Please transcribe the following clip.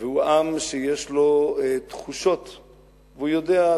והוא עם שיש לו תחושות בריאות.